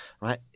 right